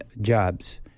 jobs